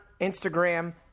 Instagram